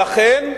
ואכן,